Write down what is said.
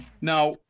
Now